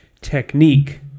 technique